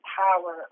power